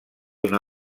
una